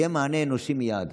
יהיה מענה אנושי מייד,